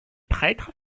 prêtre